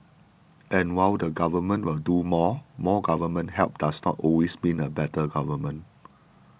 and while the government will do more more government help does not always mean a better government